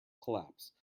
collapse